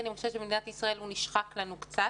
אני חושבת שבמדינת ישראל הוא נשחק לנו קצת